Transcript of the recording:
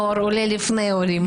נוער עולה לפני הורים.